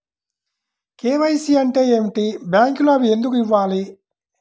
KYC అంటే ఏమిటి? బ్యాంకులో అవి ఎందుకు ఇవ్వాలి?